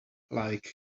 like